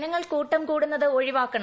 ജനങ്ങൾ കൂട്ടം കൂടുന്നത് ഒഴിവാക്കണം